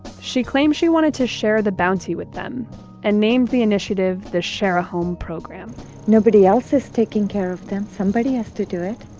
she claimed she wanted to share the bounty with them and named the initiative, the share a home program nobody else is taking care of them. somebody has to do it.